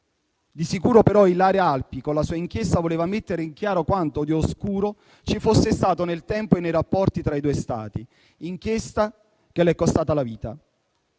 Di sicuro, però, Ilaria Alpi con la sua inchiesta voleva mettere in chiaro quanto di oscuro ci fosse stato nel tempo e nei rapporti tra i due Stati, inchiesta che le è costata la vita.